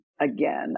Again